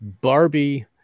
Barbie